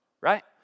right